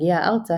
הגיעה ארצה,